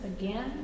again